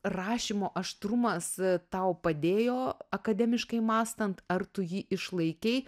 rašymo aštrumas tau padėjo akademiškai mąstant ar tu jį išlaikei